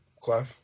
Clive